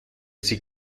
sie